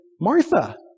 Martha